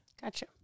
Gotcha